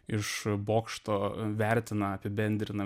iš bokšto vertina apibendrina